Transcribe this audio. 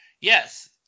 yes –